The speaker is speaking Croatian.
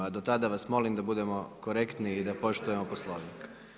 A do tada vas molim da budemo korektni i da poštujemo Poslovnik.